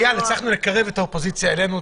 יואב, הצלחנו לקרב את האופוזיציה אלינו.